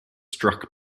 struck